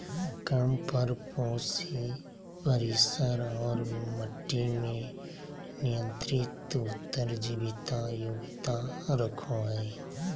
कम परपोषी परिसर और मट्टी में नियंत्रित उत्तर जीविता योग्यता रखो हइ